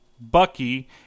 Bucky